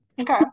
Okay